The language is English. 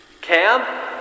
Cam